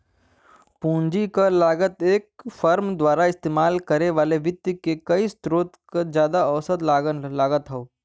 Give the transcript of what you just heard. पूंजी क लागत एक फर्म द्वारा इस्तेमाल करे वाले वित्त क कई स्रोत क जादा औसत लागत हौ